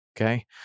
Okay